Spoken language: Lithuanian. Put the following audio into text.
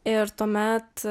ir tuomet